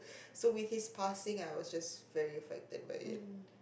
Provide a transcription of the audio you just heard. so with his passing I was just very affected by it